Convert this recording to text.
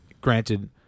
granted